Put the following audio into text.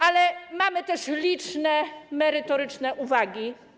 Ale mamy też liczne merytoryczne uwagi.